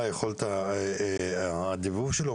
מה יכולת הדיבוב שלו,